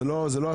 זה לא השר.